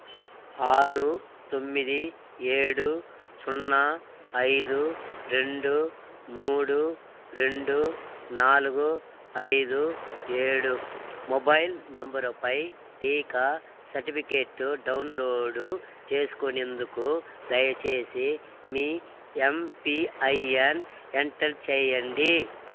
ఆరు తొమ్మిది ఏడు సున్న అయిదు రెండు మూడు రెండు నాలుగు అయిదు ఏడు మొబైల్ నంబరుపై టీకా సర్టిఫికేట్ డౌన్లోడ్ చేసుకునేందుకు దయచేసి మీ ఎంపీఐఎన్ ఎంటర్ చేయండి